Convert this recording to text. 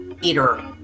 eater